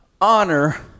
honor